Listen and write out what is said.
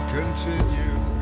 continue